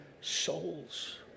souls